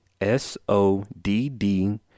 s-o-d-d